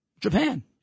Japan